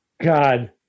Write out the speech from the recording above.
God